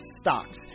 stocks